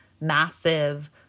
massive